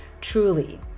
truly